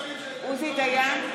דיין,